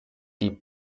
die